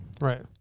Right